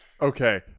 Okay